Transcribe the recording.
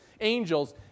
Angels